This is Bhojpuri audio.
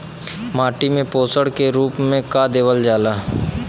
माटी में पोषण के रूप में का देवल जाला?